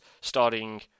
starting